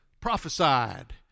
prophesied